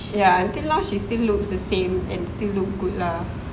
ya until now she still looks the same and still look good lah